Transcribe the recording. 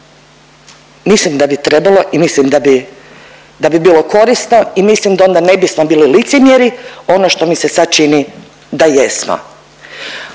Mislim da bi trebalo i mislim da bi, da bi bilo korisno i mislim da onda ne bismo bili licemjeri ono što mi se sad čini da jesmo.